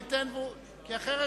כי אחרת,